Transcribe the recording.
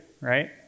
right